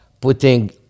putting